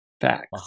facts